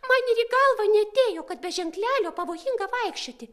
man ir į galvą neatėjo kad be ženklelio pavojinga vaikščioti